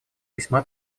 весьма